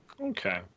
Okay